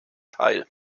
teil